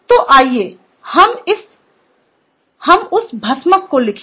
तो आइए हम उस भस्मक को लिखें